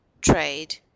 trade